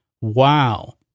Wow